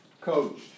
coached